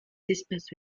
espaces